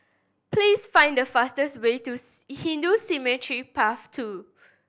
please find the fastest way to Hindu Cemetery Path Two